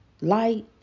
light